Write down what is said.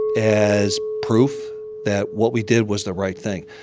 as proof that what we did was the right thing.